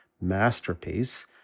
masterpiece